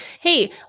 Hey